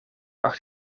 acht